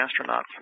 astronauts